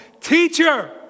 teacher